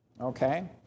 okay